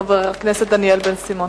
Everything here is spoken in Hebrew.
חבר הכנסת דניאל בן-סימון.